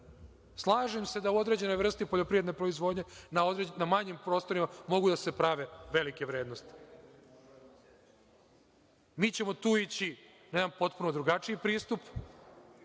Slažem se da u određenoj vrsti poljoprivredne proizvodnje, na manjim prostorima, mogu da se prave velike vrednosti. Tu ćemo ići na jedan potpuno drugačiji pristup